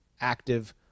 active